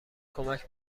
کمک